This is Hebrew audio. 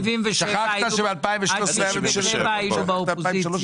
שכחת שב-2013 הייתה ממשלת --- עד 77' היינו באופוזיציה.